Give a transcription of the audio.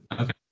Okay